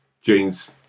Jeans